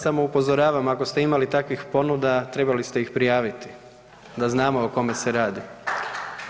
Samo upozoravam, ako ste imali takvih ponuda trebali ste ih prijaviti da znamo o kome se radi.